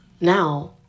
Now